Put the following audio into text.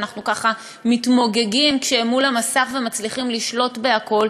ואנחנו ככה מתמוגגים כשהם מול המסך ומצליחים לשלוט בכול,